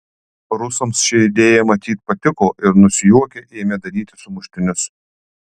rusams ši idėja matyt patiko ir nusijuokę ėmė daryti sumuštinius